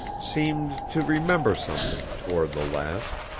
seemed to remember something, toward the last.